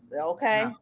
okay